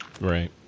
Right